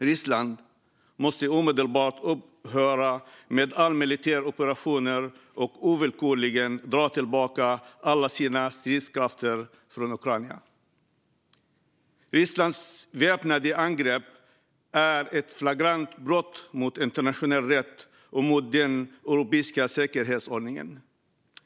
Ryssland måste omedelbart upphöra med alla militära operationer och ovillkorligen dra tillbaka alla sina stridskrafter från Ukraina. Rysslands väpnade angrepp är ett flagrant brott mot internationell rätt och mot den europeiska säkerhetsordningen.